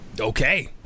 Okay